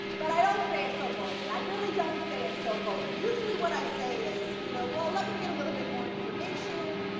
but i don't say it so boldly. i really don't say it so boldly. usually what i say is, you know well, let me get a little bit more information.